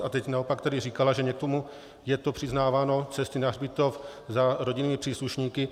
A teď naopak tady říkala, že někomu je to přiznáváno cesty na hřbitov, za rodinnými příslušníky.